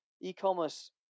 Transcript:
e-commerce